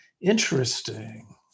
Interesting